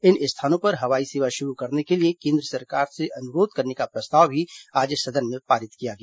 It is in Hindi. इन स्थानों पर हवाई सेवा शुरू करने के लिए केंद्र से अनुरोध करने का प्रस्ताव भी आज सदन में पारित किया गया